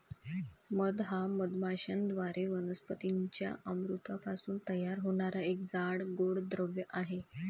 मध हा मधमाश्यांद्वारे वनस्पतीं च्या अमृतापासून तयार होणारा एक जाड, गोड द्रव आहे